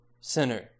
sinner